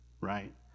right